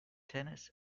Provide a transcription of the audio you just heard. tennis